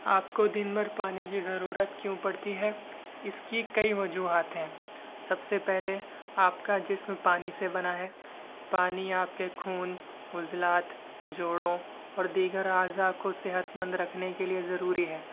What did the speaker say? آپ کو دن بھر پانی کی ضرورت کیوں پڑتی ہے اس کی کئی و جوہات ہیں سب سے پہلے آپ کا جسم پانی سے بنا ہے پانی آپ کے خون عضلات جوڑوں اور دیگر اعضا کو صحت مند رکھنے کے لئے ضروری ہے